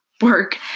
work